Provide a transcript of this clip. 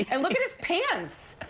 and look at his pants!